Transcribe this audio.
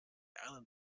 town